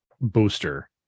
booster